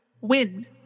Wind